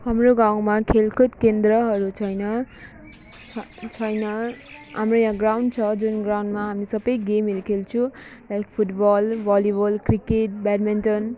हाम्रो गाउँमा खेलकुद केन्द्रहरू छैन छैन हाम्रो यहाँ ग्राउन्ड छ जुन ग्राउन्डमा हामी सबै गेमहरू खेल्छौँ like football volleyball cricket badminton